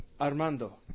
Armando